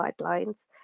guidelines